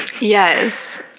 Yes